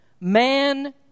Man